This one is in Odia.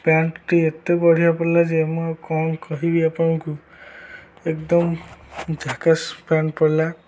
ପ୍ୟାଣ୍ଟଟି ଏତେ ବଢ଼ିଆ ପଡ଼ିଲା ଯେ ମୁଁ ଆଉ କ'ଣ କହିବି ଆପଣଙ୍କୁ ଏକଦମ୍ ଝାକାସ୍ ପ୍ୟାଣ୍ଟ ପଡ଼ିଲା